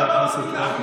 זאת סיבה אחרת.